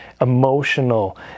emotional